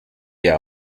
their